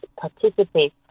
participate